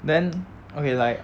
then okay like